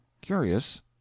Curious